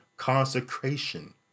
Consecration